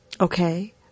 Okay